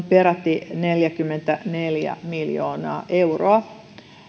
peräti neljäkymmentäneljä miljoonaa euroa